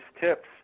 tips